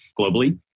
globally